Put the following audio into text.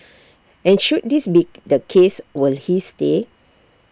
and should this be the case was he stay